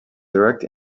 direct